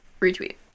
Retweet